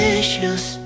issues